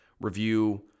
review